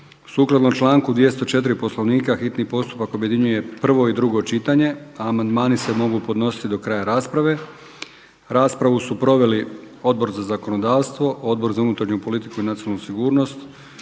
Sukladno članku 204. Poslovnika hitni postupak objedinjuje prvo i drugo čitanje a amandmani se mogu podnositi do kraja rasprave. Raspravu su proveli Odbor za zakonodavstvo, Odbor za unutarnju politiku i nacionalnu sigurnost,